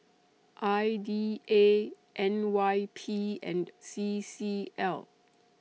I D A N Y P and C C L